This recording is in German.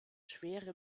schwere